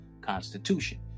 constitution